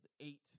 eight